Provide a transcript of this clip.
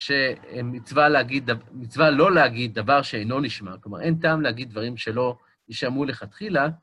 שמצווה לא להגיד דבר שאינו נשמע, כלומר, אין טעם להגיד דברים שלא יישמעו לכתחילה.